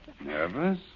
Nervous